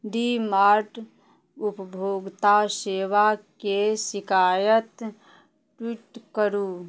डीमार्ट उपभोगता सेवा के शिकायत ट्वीटके झारू